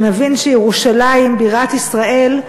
שנבין שירושלים בירת ישראל,